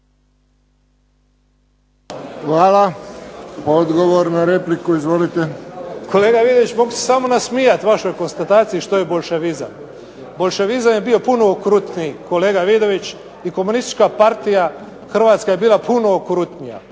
Hvala. Odgovor na repliku. Izvolite. **Matušić, Frano (HDZ)** Kolega Vidoviću mogu se samo nasmijati vašoj konstataciji što je boljševizam. Boljševizam je bio puno okrutniji kolega Vidović i Komunistička partija Hrvatska je bila puno okrutnija.